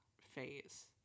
phase